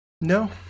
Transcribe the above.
No